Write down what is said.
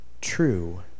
true